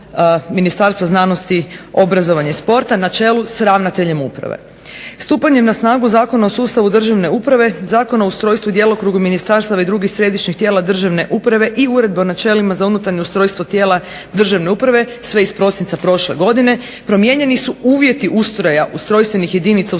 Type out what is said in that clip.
uvjeti ustroja ustrojstvenih jedinica u